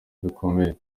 bikomeye